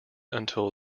until